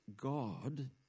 God